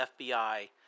FBI